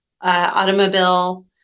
automobile